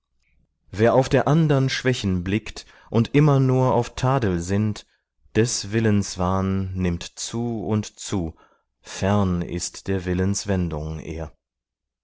wer auf der andern schwächen blickt und immer nur auf tadel sinnt des willenswahn nimmt zu und zu fern ist der willenswendung er